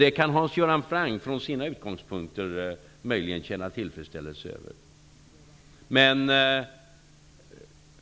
Det kan Hans Göran Franck, från sina utgångspunkter, möjligen känna tillfredsställelse över.